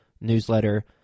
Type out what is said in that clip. newsletter